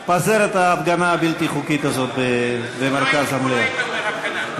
פזר את ההפגנה הבלתי-חוקית הזאת במרכז המליאה.